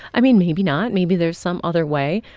i mean, maybe not. maybe there's some other way.